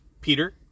Peter